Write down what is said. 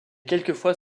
quelquefois